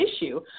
issue